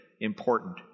important